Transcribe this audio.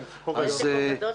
כן, סיפור גדול.